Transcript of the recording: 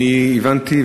הבנתי,